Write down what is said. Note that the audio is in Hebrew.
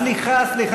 סעיף 96. סליחה.